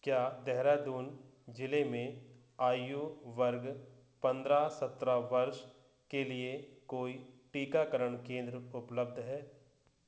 क्या देहरादून जिले में आयु वर्ग पंद्रह सत्रह वर्ष के लिए कोई टीकाकरण केंद्र उपलब्ध है